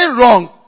wrong